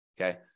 Okay